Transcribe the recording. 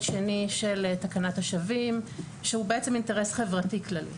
שני תקנת השבים שהוא בעצם אינטרס חברתי כללי